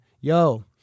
yo